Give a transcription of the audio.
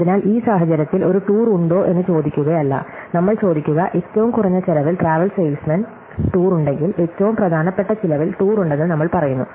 അതിനാൽ ഈ സാഹചര്യത്തിൽ ഒരു ടൂർ ഉണ്ടോ എന്ന് ചോദിക്കുകയല്ലനമ്മൾ ചോദിക്കുക ഏറ്റവും കുറഞ്ഞ ചിലവിൽ ട്രാവൽ സെയിൽസ് മെൻ ടൂർ ഉണ്ടെങ്കിൽ ഏറ്റവും പ്രധാനപ്പെട്ട ചിലവിൽ ടൂർ ഉണ്ടെന്ന് നമ്മൾ പറയുന്നു